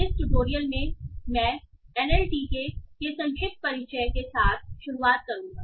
इस ट्यूटोरियल में मैं एनएलटीके के संक्षिप्त परिचय के साथ शुरुआत करूँगा